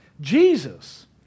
Jesus